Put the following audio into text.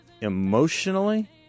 emotionally